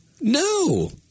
No